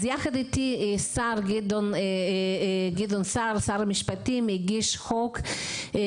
יחד איתי שר המשפטים גדעון סער הגיש את תזכיר